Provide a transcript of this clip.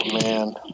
man